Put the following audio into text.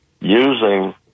using